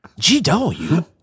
gw